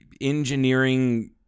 engineering